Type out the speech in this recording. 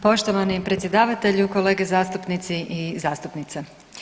Poštovani predsjedavatelju, kolege zastupnici i zastupnice.